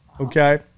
okay